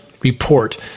report